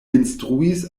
instruis